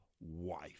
wife